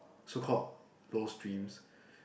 so called low streams